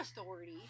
authority